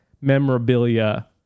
memorabilia